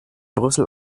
brüssel